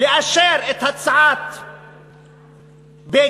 לאשר את הצעת בגין,